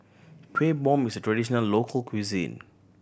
Kuih Bom is a traditional local cuisine